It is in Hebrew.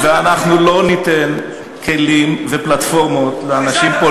אנחנו לא ניתן כלים ופלטפורמות לאנשים,